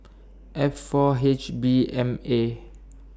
F four H B M A